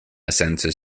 centres